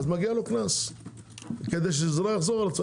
מגיע לו קנס כדי שלא יחזור על עצמו.